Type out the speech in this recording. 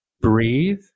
breathe